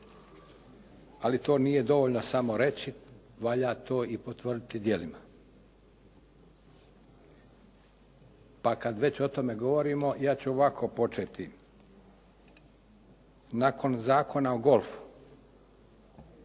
Ali to nije dovoljno samo reći, valja to potvrditi i djelima. Pa kada već o tome govorimo ja ću ovako početi. Nakon Zakona o golfu